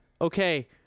Okay